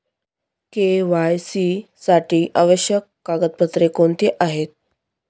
KYC साठी आवश्यक कागदपत्रे कोणती आहेत?